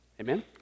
Amen